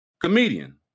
comedian